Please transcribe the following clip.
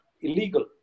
illegal